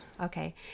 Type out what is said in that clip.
Okay